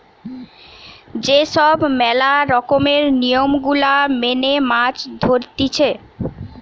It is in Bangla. যে সব ম্যালা রকমের নিয়ম গুলা মেনে মাছ ধরতিছে